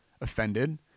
offended